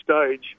stage